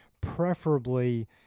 preferably